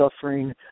suffering